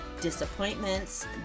disappointments